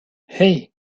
hey